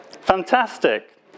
Fantastic